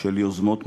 של יוזמות מדיניות,